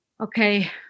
okay